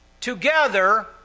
together